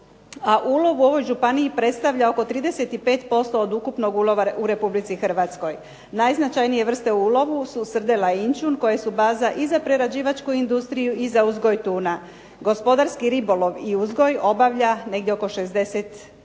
ulov u ovoj županiji predstavlja oko 35% od ukupnog ulova u Republici Hrvatskoj. Najznačajnije vrste u ulovu su srdele i inćun koje su baza i za prerađivačku industriju i za uzgoj tuna. Gospodarski ribolov i uzgoj obavlja negdje oko 60